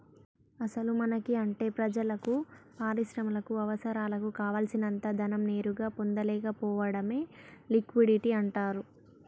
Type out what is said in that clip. అసలు మనకి అంటే ప్రజలకు పరిశ్రమలకు అవసరాలకు కావాల్సినంత ధనం నేరుగా పొందలేకపోవడమే లిక్విడిటీ అంటారు